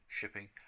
shipping